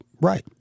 right